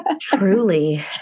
Truly